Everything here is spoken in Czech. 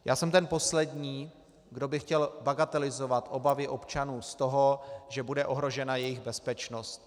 Já jsem ten poslední, kdo by chtěl bagatelizovat obavy občanů z toho, že bude ohrožena jejich bezpečnost.